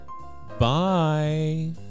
bye